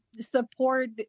support